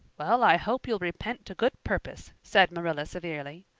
well, i hope you'll repent to good purpose, said marilla severely,